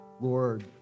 Lord